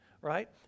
Right